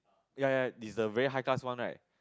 ya ya it's the very high class one right